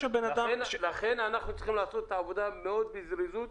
אנחנו צריכים לעשות את העבודה מאוד בזריזות,